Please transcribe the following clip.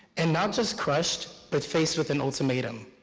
and not just crushed, but faced with an ultimatum.